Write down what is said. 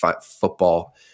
football